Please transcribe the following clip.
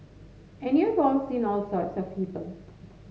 and you've all seen all sorts of people